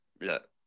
look